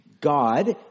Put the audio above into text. God